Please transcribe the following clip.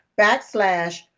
backslash